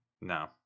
No